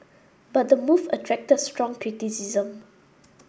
but the move attracted strong criticism